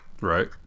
Right